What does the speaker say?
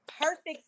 perfect